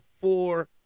four